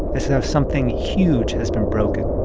as if something huge has been broken